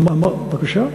בבקשה?